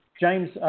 James